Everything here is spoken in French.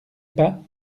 pas